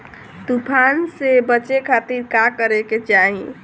तूफान से बचे खातिर का करे के चाहीं?